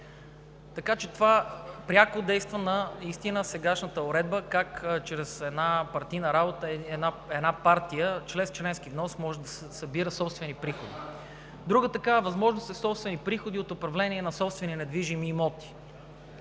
Така че това пряко действа наистина на сегашната уредба – как чрез една партийна работа една партия чрез членски внос може да събира собствени приходи. Друга такава възможност са собствени приходи от управление на собствени недвижими имоти.